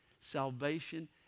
Salvation